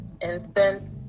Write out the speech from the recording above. instance